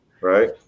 right